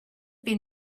been